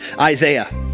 Isaiah